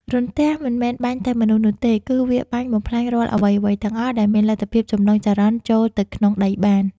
រន្ទះមិនមែនបាញ់តែមនុស្សនោះទេ គឺវាបាញ់បំផ្លាញរាល់អ្វីៗទាំងអស់ដែលមានលទ្ធភាពចម្លងចរន្តចូលទៅក្នុងដីបាន។